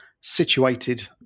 situated